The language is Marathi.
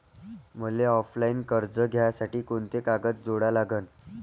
मले ऑफलाईन कर्ज घ्यासाठी कोंते कागद जोडा लागन?